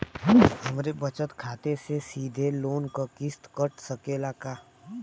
हमरे बचत खाते से सीधे लोन क किस्त कट सकेला का?